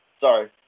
sorry